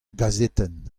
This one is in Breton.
gazetenn